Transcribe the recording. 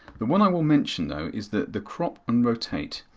the one i will mention though is that the crop and rotate.